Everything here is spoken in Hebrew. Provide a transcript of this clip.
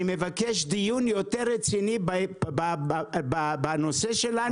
מבקש לקיים דיון רציני יותר על הנושא שלנו.